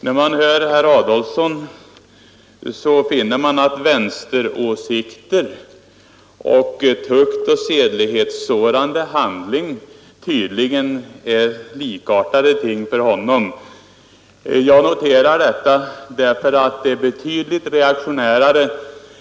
Herr talman! När man hör herr Adolfsson finner man att vänsteråsikter och tuktoch sedlighetssårande handling tydligen är likartade ting för honom. Jag noterar detta därför att det är betydligt reaktionärare